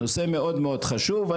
נושא מאוד מאוד חשוב.